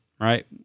right